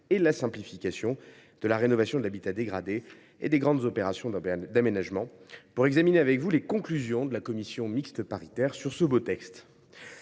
et à la simplification de la rénovation de l’habitat dégradé et des grandes opérations d’aménagement, pour examiner les conclusions de la commission mixte paritaire sur ce beau texte.